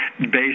based